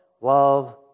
love